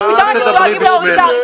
אז פתאום אתם דואגים להוריד תעריפים.